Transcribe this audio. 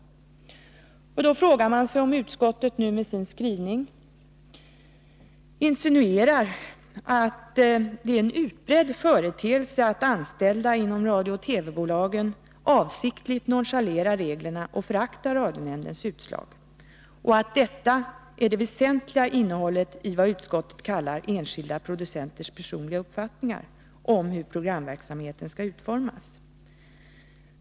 Då frågar man sig om utskottet nu med sin skrivning insinuerar att det är en utbredd företeelse att anställda inom radiooch TV-bolagen avsiktligt nonchalerar reglerna och föraktar radionämndens utslag och att detta är det väsentliga innehållet i vad utskottet kallar enskilda producenters personliga uppfattningar om hur programverksamheten skall utformas.